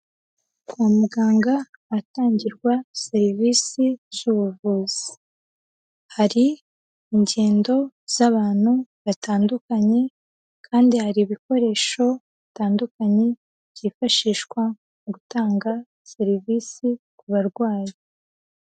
Kwa muganga ahatangirwa serivisi z'ubuvuzi, hari ingendo z'abantu batandukanye kandi hari ibikoresho bitandukanye byifashishwa mu gutanga serivisi ku barwayi.